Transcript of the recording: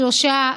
שלושה,